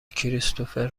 کریستوفر